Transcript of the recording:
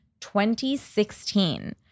2016